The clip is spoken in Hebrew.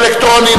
אלקטרוני.